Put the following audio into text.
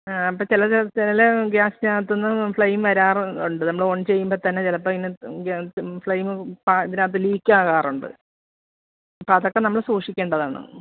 അപ്പം ചിലത് ചില ഗ്യാസ്നാത്ത്ന്ന് ഫ്ളെയിം വരാറുണ്ട് നമ്മളോൺ ചെയ്യുമ്പോൾത്തന്നെ ചിലപ്പം ഇങ്ങനെ ഫ്ളെയിം പ ഇതിനകത്ത് ലീക്കാവാറുണ്ട് അപ്പമതക്കെ നമ്മൾ സൂക്ഷിക്കേണ്ടതാണ്